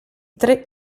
tre